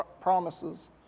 promises